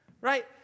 right